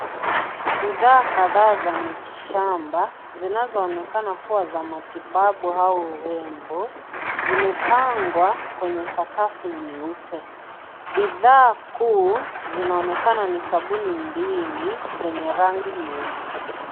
Bidhaa kadhaa za miti shamba zinazoonekana kuwa za matibabu au urembo zimepangwa kwenye sakafu nyeupe. Bidhaa kuu zinaonekana ni sabuni mbili zenye rangi nyeusi.